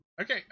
Okay